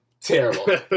Terrible